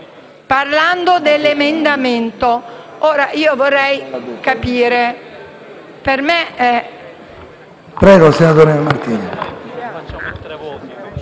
parlando dell'emendamento. Ora, io vorrei capire.